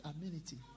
amenity